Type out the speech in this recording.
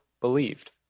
believed